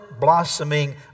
blossoming